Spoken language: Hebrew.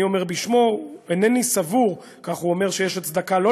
ואני אומר בשמו: אינני סבור שיש הצדקה שלא